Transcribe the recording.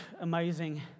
amazing